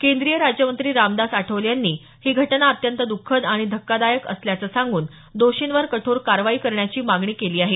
केंद्रीय राज्यमंत्री रामदास आठवले यांनी ही घटना अत्यंत द्ःखद आणि धक्कादायक असल्याचं सांगून दोर्षींवर कठोर कारवाई करण्याची मागणी केली आहे